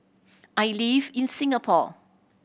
I live in Singapore